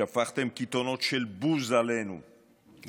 שפכתם קיתונות של בוז וביקורת